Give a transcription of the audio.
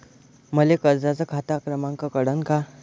मले कर्जाचा खात क्रमांक कळन का?